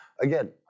Again